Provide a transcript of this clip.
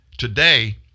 Today